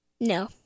No